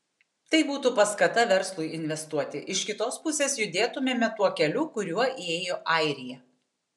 tai būtų paskata verslui investuoti iš kitos pusės judėtumėme tuo keliu kuriuo ėjo airija